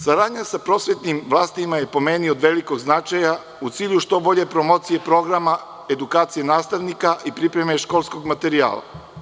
Saradnja sa prosvetnim vlastima je po meni od velikog značaja u cilju što bolje promocije programa edukacije nastavnika i pripreme školskog materijala.